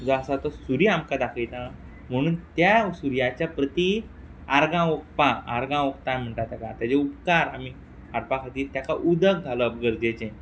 जो आसा तो सूर्य आमकां दाखयता म्हुणून त्या सुर्याच्या प्रती आर्गां ओंप्पाक आर्गां ओंपता म्हणटा तेका तेजे उपकार आमी हाडपा खातीर तेका उदक घालप गरजेचें